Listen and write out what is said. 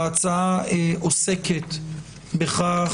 ההצעה עוסקת בכך